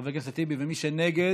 חבר הכנסת טיבי, ומי שנגד